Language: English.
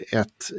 ett